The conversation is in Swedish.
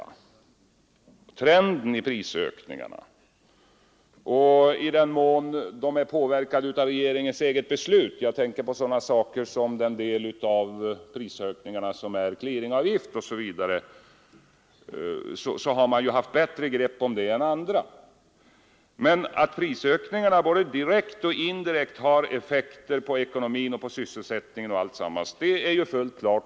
Till den del som prisökningarna har påverkats av regeringens egna beslut — jag tänker då på den del av prisökningarna som beror på höjda clearingavgifter osv. — har regeringen haft bättre grepp om dem än andra. Att prisökningarna både direkt och indirekt har effekter på ekonomin, sysselsättningen etc. är fullt klart.